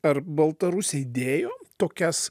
ar baltarusiai dėjo tokias